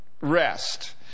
rest